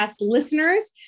listeners